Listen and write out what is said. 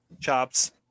chops